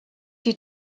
die